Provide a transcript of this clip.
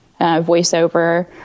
voiceover